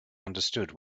understood